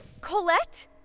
Colette